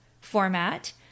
format